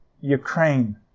Ukraine